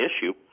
issue